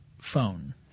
phone